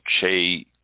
Che